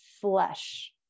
flesh